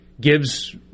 gives